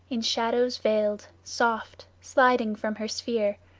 in shadows veiled, soft, sliding from her sphere,